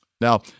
Now